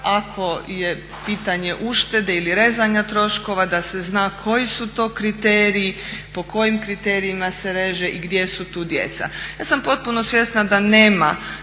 ako je pitanje uštede ili rezanja troškova da se zna koji su to kriteriji, po kojim kriterijima se reže i gdje su tu djeca. Ja sam potpuno svjesna da nema